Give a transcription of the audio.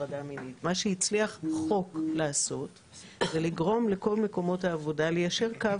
הטרדה מינית לעשות זה לגרום לכל מקומות העבודה ליישר קו,